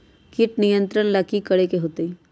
किट नियंत्रण ला कि करे के होतइ?